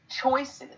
choices